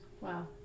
Wow